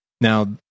Now